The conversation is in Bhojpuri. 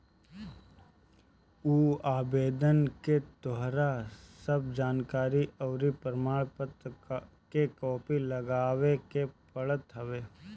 उ आवेदन में तोहार सब जानकरी अउरी प्रमाण पत्र के कॉपी लगावे के पड़त हवे